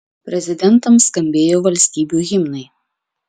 prezidentams skambėjo valstybių himnai